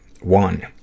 one